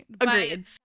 Agreed